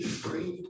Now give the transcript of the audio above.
free